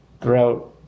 throughout